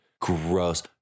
gross